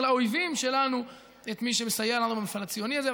לאויבים שלנו את מי שמסייע לנו במפעל הציוני הזה,